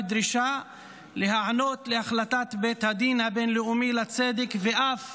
בדרישה להיענות להחלטת בית הדין הבין-לאומי לצדק ואף